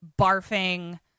barfing